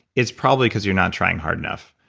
it's probably cause you're not trying hard enough.